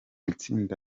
itsinda